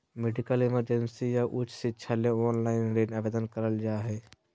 medical emergency या उच्च शिक्षा ले ऑनलाइन ऋण आवेदन करल जा हय